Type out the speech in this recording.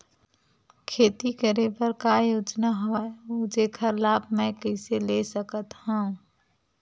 खेती करे बर का का योजना हवय अउ जेखर लाभ मैं कइसे ले सकत हव?